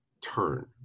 turn